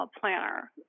planner